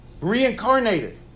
reincarnated